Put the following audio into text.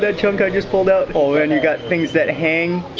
that chunk i just pulled out. oh, and you get things that hang,